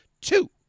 two